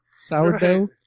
Sourdough